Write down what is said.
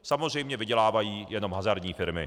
Samozřejmě vydělávají jenom hazardní firmy.